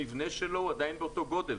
גם המבנה שלו הוא עדיין באותו גודל.